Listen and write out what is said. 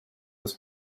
was